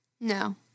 No